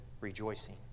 rejoicing